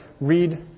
read